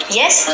yes